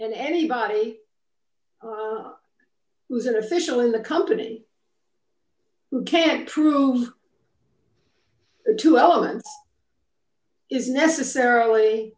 and anybody who's an official in the company who can prove two elements is necessarily